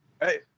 Hey